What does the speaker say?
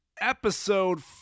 episode